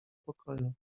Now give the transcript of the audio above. pokoju